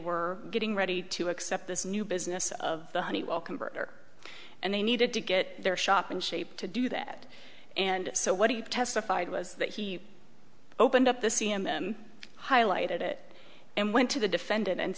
were getting ready to accept this new business of the honeywell converter and they needed to get their shop in shape to do that and so what do you testified was that he opened up the c m m highlighted it and went to the defendant and